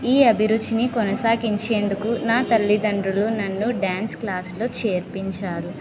ఈ అభిరుచిని కొనసాగించేందుకు నా తల్లిదండ్రులు నన్ను డ్యాన్స్ క్లాస్లో చేర్పించారు